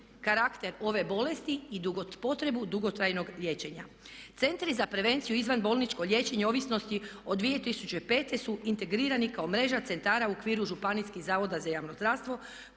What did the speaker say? karakter ove bolesti i potrebu dugotrajnog liječenja. Centri za prevenciju i izvanbolničko liječenje ovisnosti od 2005. su integrirani kao mreža centara u okviru županijskih zavoda za javno zdravstvo